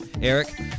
Eric